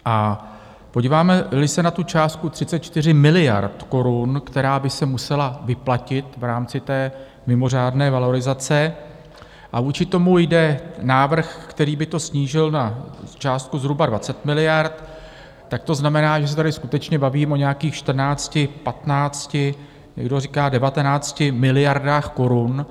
A podívámeli se na tu částku 34 miliard korun, která by se musela vyplatit v rámci té mimořádné valorizace, a vůči tomu jde návrh, který by to snížil na částku zhruba 20 miliard, tak to znamená, že se tady skutečně bavíme o nějakých 14, 15, někdo říká 19 miliardách korun.